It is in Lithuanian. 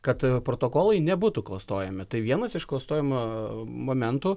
kad protokolai nebūtų klastojami tai vienas iš klastojimo momentų